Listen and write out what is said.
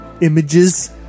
images